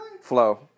flow